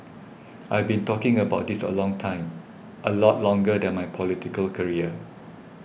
I've been talking about this a long time a lot longer than my political career